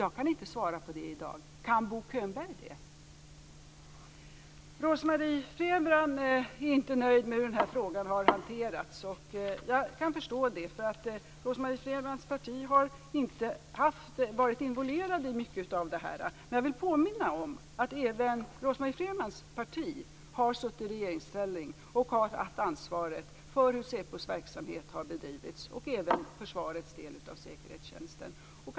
Jag kan inte svara på det i dag. Kan Bo Könberg det? Rose-Marie Frebran är inte nöjd med hur den här frågan har hanterats. Jag kan förstå det. Hennes parti har ju inte varit involverat i mycket av detta. Men jag vill påminna om att även Rose-Marie Frebrans parti har suttit i regeringsställning och haft ansvaret för hur säpos verksamhet, och även försvarets del av säkerhetstjänsten, har bedrivits.